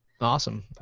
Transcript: Awesome